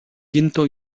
viento